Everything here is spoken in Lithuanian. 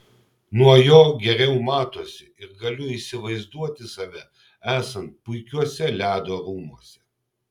nuo jo geriau matosi ir galiu įsivaizduoti save esant puikiuose ledo rūmuose